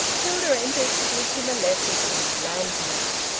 hilda entered, to give him a lesson in blandness.